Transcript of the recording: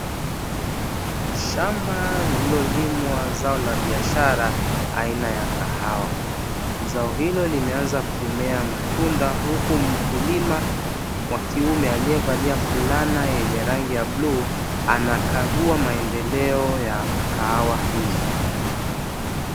Shamba lililolimwa zao la biashara aina ya kahawa, zao hilo limeanza kumea matunda huku mkulima wakiume aliyevalia fulana ya rangi ya bluu, anakagua maendeleo ya kahawa hizo.